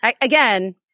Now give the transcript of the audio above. Again